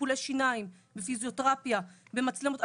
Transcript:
בטיפולי שיניים, פיזיותרפיה, במצלמות.